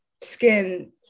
skin